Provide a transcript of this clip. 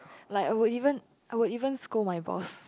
like I would even I would even scold my boss